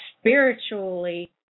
spiritually